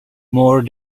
more